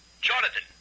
Jonathan